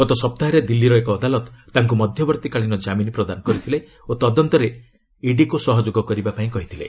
ଗତ ସପ୍ତାହରେ ଦିଲ୍ଲୀର ଏକ ଅଦାଲତ ତାଙ୍କୁ ମଧ୍ୟବର୍ତ୍ତୀକାଳୀନ କାମିନ ପ୍ରଦାନ କରିଥିଲେ ଓ ତଦନ୍ତରେ ଇଡିଙ୍କୁ ସହଯୋଗ କରିବା ପାଇଁ କହିଥିଲେ